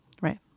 Right